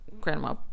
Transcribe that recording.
grandma